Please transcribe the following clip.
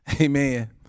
Amen